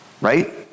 right